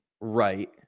right